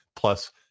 Plus